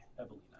Evelina